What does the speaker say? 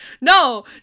No